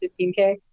15K